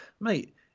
Mate